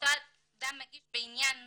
שאדם מגיש בעניין זה,